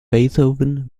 beethoven